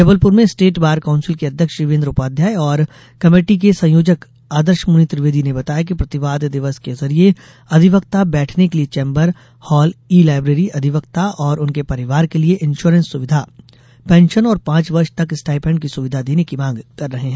जबलपुर में state bar council के अध्यक्ष शिवेन्द्र उपाध्याय और स्टेयरिंग कमेटी के संयोजक आदर्शमुनि त्रिवेदी ने बताया कि प्रतिवाद दिवस के जरिए अधिवक्ता बैठने के लिए चेम्बर हहल ई लायब्रेरी अधिवक्ता और उनके परिवारों के लिए इंश्योरेंस सुविधा पेंशन और पांच वर्ष तक स्टाइपेंड की सुविधा देने की मांग कर रहे है